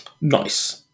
Nice